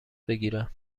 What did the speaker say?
بگیرم